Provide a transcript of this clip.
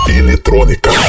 eletrônica